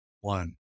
one